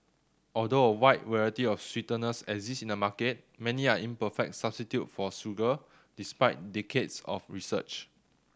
although a wide variety of sweeteners exist in the market many are imperfect substitute for sugar despite decades of research